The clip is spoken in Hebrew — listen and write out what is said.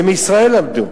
את זה מישראל למדו.